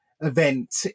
event